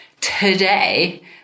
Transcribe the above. today